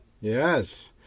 Yes